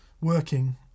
working